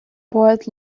поет